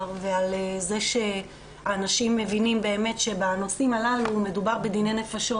ועל זה שאנשים מבינים שבאמת שבנושאים הללו מדובר בדיני נפשות.